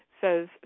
says